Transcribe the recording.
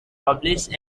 published